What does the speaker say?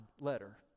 letter